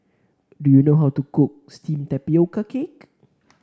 do you know how to cook steamed Tapioca Cake